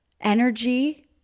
energy